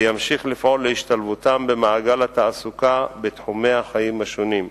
וימשיך לפעול להשתלבותם במעגל התעסוקה בתחומי החיים השונים.